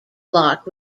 block